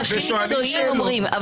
אבל אנשים מקצועיים אומרים.